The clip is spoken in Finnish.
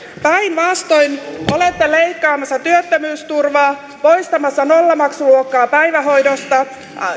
päinvastoin olette leikkaamassa työttömyysturvaa poistamassa nollamaksuluokkaa päivähoidosta